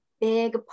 big